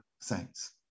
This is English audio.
saints